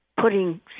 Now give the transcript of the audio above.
putting